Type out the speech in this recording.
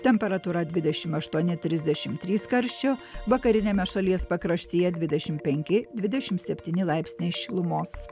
temperatūra dvidešim aštuoni trisdešim trys karščio vakariniame šalies pakraštyje dvidešim penki dvidešim septyni laipsniai šilumos